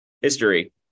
history